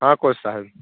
हाँ कोच साहब